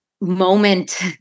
moment